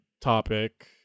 topic